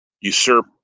usurp